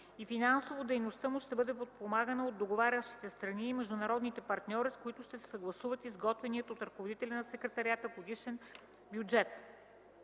и финансово дейността му ще бъде подпомагана от договарящите страни и международните партньори, с които ще се съгласува изготвеният от ръководителя на Секретариата годишен бюджет.